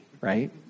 right